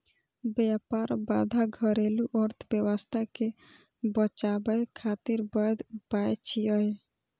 व्यापार बाधा घरेलू अर्थव्यवस्था कें बचाबै खातिर वैध उपाय छियै